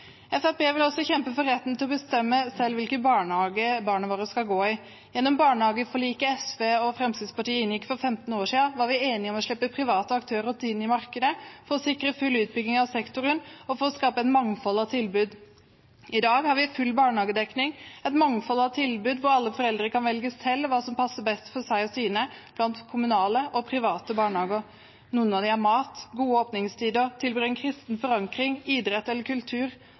Fremskrittspartiet vil også kjempe for retten til å bestemme selv hvilken barnehage barna våre skal gå i. Gjennom barnehageforliket SV og Fremskrittspartiet inngikk for 15 år siden, var vi enige om å slippe private aktører inn i markedet for å sikre full utbygging av sektoren og for å skape et mangfold av tilbud. I dag har vi full barnehagedekning og et mangfold av tilbud, hvor alle foreldre kan velge selv hva som passer best for seg og sine blant kommunale og private barnehager. Noen av dem har mat, gode åpningstider, tilbyr en kristen forankring, idrett eller kultur.